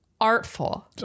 artful